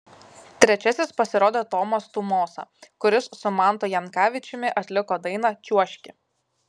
trečiasis pasirodė tomas tumosa kuris su mantu jankavičiumi atliko dainą čiuožki